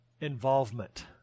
involvement